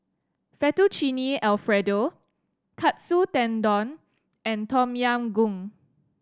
Fettuccine Alfredo Katsu Tendon and Tom Yam Goong